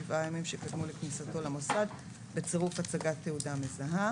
7 הימים שקדמו לכניסתו למוסד בצירוף הצגת תעודת מזהה,"